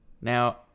Now